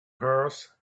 hers